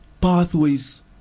pathways